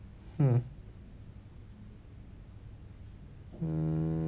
mm mm